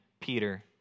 Peter